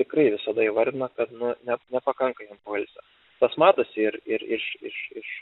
tikrai visada įvardina kad nu ne nepakanka jiem poilsio tas matosi ir ir iš iš iš